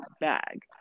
bag